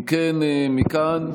אם כן, מכאן,